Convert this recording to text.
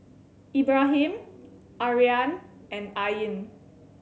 Ibrahim Aryan and Ain